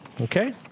Okay